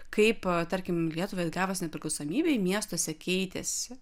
kaip tarkim lietuvai atgavus nepriklausomybę miestuose keitėsi